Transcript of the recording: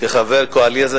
כחבר קואליציה,